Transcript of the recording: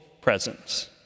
presence